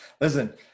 listen